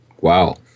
Wow